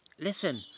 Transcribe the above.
Listen